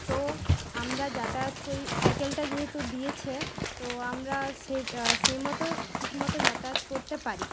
তো আমরা যাতায়াত করি সাইকেলটা যেহেতু দিয়েছে তো আমরা সে সেই মতো ঠিকমতো যাতায়াত করতে পারি